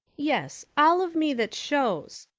yes all of me that shows,